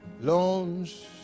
loans